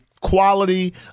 quality